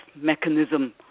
mechanism